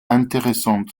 intéressantes